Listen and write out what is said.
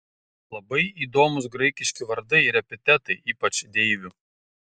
labai įdomūs graikiški vardai ir epitetai ypač deivių